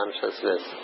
consciousness